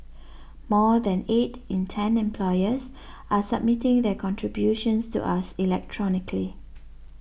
more than eight in ten employers are submitting their contributions to us electronically